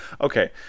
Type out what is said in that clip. Okay